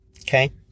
Okay